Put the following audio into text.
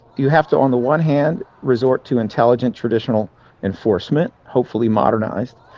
you have to on the one hand resort to intelligent traditional enforcement, hopefully modernized.